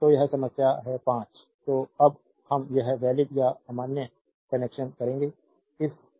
तो यह समस्या है 5 तो हम यह सब वैलिड या अमान्य कनेक्शन करेंगे इस एक को हल करेंगे